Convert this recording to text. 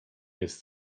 jest